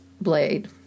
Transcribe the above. Blade